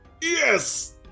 Yes